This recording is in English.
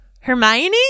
Hermione